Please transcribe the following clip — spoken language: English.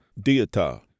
dieta